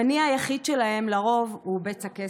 המניע היחיד שלהם, לרוב, הוא בצע כסף.